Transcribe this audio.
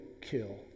kill